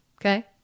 Okay